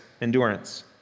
endurance